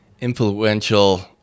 influential